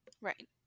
Right